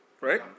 right